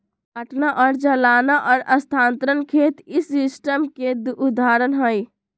काटना और जलाना और स्थानांतरण खेत इस सिस्टम के दु उदाहरण हई